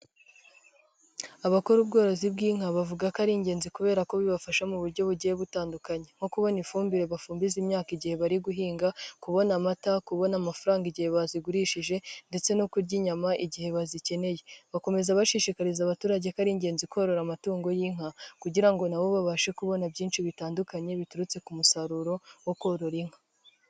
Abakora ubworozi bw'inka bavuga ko ari ingenzi kubera ko bibafasha mu buryo bugiye butandukanye, nko kubona ifumbire bafumbiza imyaka igihe bari guhinga, kubona amata, kubona amafaranga igihe bazigurishije ndetse no kurya inyama igihe bazikeneye, bakomeza bashishikariza abaturage ko ari ingenzi korora amatungo y'inka kugira ngo nabo babashe kubona byinshi bitandukanye biturutse ku musaruro wo korora inka.